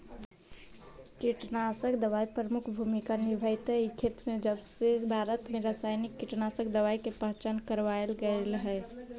कीटनाशक दवाई प्रमुख भूमिका निभावाईत हई खेती में जबसे भारत में रसायनिक कीटनाशक दवाई के पहचान करावल गयल हे